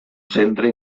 centre